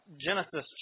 Genesis